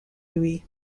lui